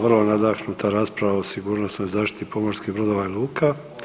Vrlo nadahnuta rasprava o sigurnosnoj zaštiti pomorskih brodova i luka.